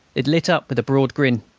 it lit up with a broad grin.